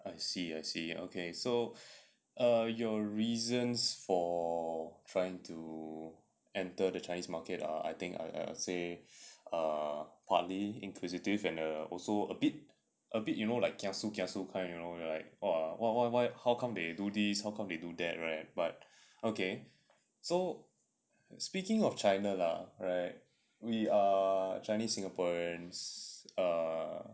I see I see okay so err your reasons for trying to enter the chinese market are I think I say are partly inquisitive and also a bit a bit you know like kiasu kiasu kind you know like or why why how come they do this how come they do that right but okay so speaking of china lah right we are chinese singaporeans err